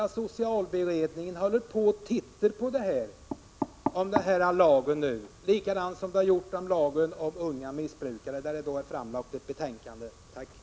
Men socialberedningen ser för närvarande över frågan om en lag på detta område — precis som man gjorde när det gällde lagen om unga missbrukare. Det är bara att studera betänkandet i fråga.